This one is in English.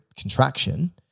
contraction